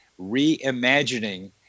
reimagining